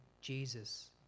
Jesus